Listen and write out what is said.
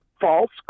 false